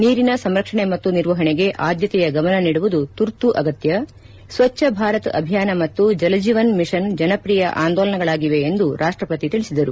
ನೀರಿನ ಸಂರಕ್ಷಣೆ ಮತ್ತು ನಿರ್ವಹಣೆ ಆದ್ಯತೆಯ ಗಮನ ನೀಡುವುದು ತುರ್ತು ಅಗತ್ಯ ಸ್ವಚ್ಛ ಭಾರತ್ ಅಭಿಯಾನ ಮತ್ತು ಜಲಜೀವನ್ ಮಿಷನ್ ಜನಪ್ರಿಯ ಆಂದೋಲನಗಳಾಗಲಿವೆ ಎಂದು ರಾಷ್ಟಪತಿ ತಿಳಿಸಿದರು